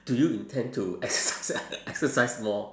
do you intend to exercise exercise more